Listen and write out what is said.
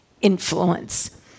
influence